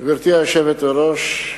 גברתי היושבת-ראש,